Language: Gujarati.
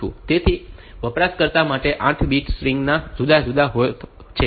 તેથી વપરાશકર્તા માટે બીટ સ્ટ્રીંગના જુદા જુદા અર્થો છે